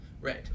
Right